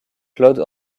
claude